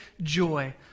joy